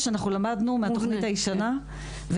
אנחנו למדנו מהתוכנית הישנה,